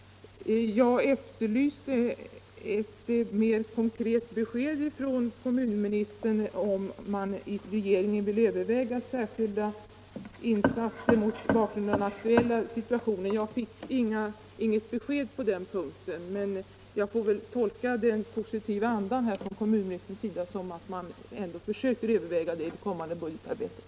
Jag efterlyste ett mer konkret svar från kommunministern om regeringen vill överväga särskilda insatser mot bakgrund av den aktuella situationen. Jag fick inget besked på den punkten. Jag får väl tolka den positiva hållningen från kommunministerns sida som att man ändå kan komma att överväga detta i det kommande budgetarbetet.